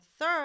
third